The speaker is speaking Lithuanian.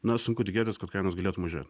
na sunku tikėtis kad kainos galėtų mažėt